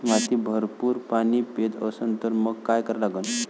माती भरपूर पाणी पेत असन तर मंग काय करा लागन?